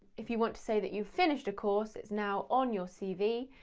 if you want to say that you finished a course, it's now on your cv,